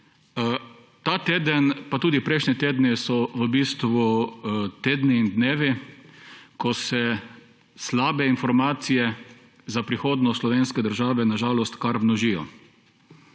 Ta teden pa tudi prejšnji teden so v bistvu dnevi, ko se slabe informacije za prihodnost slovenske države na žalost kar množijo.